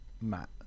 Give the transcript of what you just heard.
matt